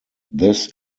this